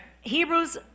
hebrews